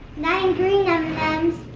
nine green m and